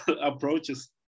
approaches